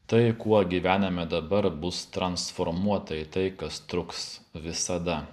tai kuo gyvename dabar bus transformuota į tai kas truks visada